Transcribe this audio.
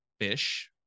fish